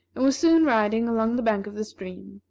and was soon riding along the bank of the stream,